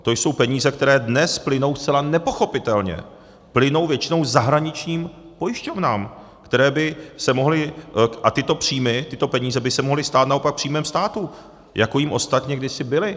To jsou peníze, které dnes plynou, zcela nepochopitelně, plynou většinou zahraničním pojišťovnám, které by se mohly a tyto příjmy, tyto peníze by se mohly stát naopak příjmem státu, jako jím ostatně kdysi byly.